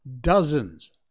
dozens